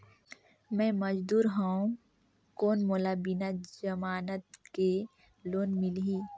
मे मजदूर हवं कौन मोला बिना जमानत के लोन मिलही?